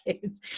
kids